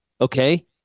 Okay